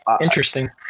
Interesting